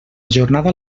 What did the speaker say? jornada